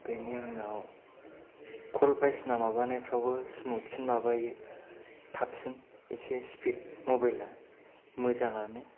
बिनि उनाव कल बायदिसिना माबानाय फ्रावबो स्मुथसिन माबायो थाबसिन स्पिद मबाइला मोजाङानो